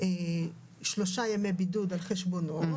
מממן שלושה ימי בידוד על חשבונו,